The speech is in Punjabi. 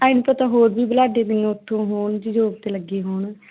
ਆਏਂ ਨਹੀਂ ਪਤਾ ਹੋਰ ਵੀ ਬੁਢਲਾਡੇ ਦੀਆਂ ਉੱਥੋਂ ਹੋਰ ਜੋ ਜੋਬ 'ਤੇ ਲੱਗੀ ਹੋਣ